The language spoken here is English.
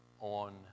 on